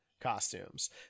costumes